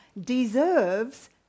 deserves